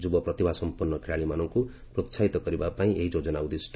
ଯୁବ ପ୍ରତିଭାସମ୍ପନ୍ନ ଖେଳାଳିମାନଙ୍କୁ ପ୍ରୋହାହିତ କରିବାପାଇଁ ଏହି ଯୋଜନା ଉଦ୍ଦିଷ୍ଟ